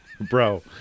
Bro